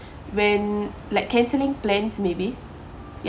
when like cancelling plans maybe